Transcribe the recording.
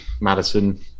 Madison